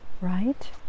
right